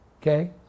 Okay